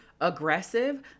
aggressive